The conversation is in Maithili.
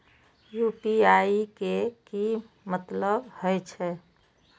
यू.पी.आई के की मतलब हे छे?